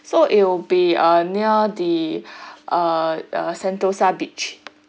so it'll be err near the uh uh sentosa beach